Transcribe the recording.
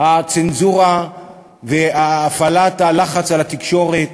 הצנזורה והפעלת הלחץ על התקשורת